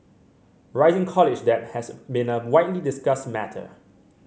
rising college debt has been a widely discussed matter